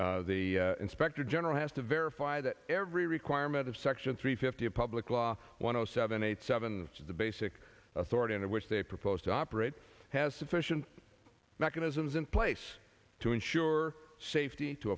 the inspector general has to verify that every requirement of section three fifty a public law one zero seven eight seven of the basic authority under which they propose to operate has sufficient mechanisms in place to ensure safety to